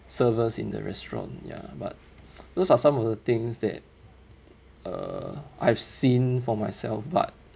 servers in the restaurant ya but those are some of the things that uh I've seen for myself but